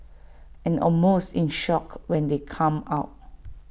and almost in shock when they come out